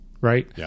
right